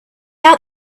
out